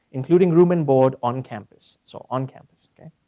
including room and board, on campus, so on campus, okay?